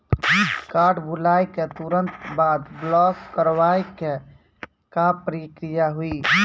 Card भुलाए के तुरंत बाद ब्लॉक करवाए के का प्रक्रिया हुई?